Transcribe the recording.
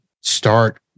start